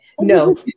No